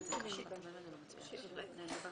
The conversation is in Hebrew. שם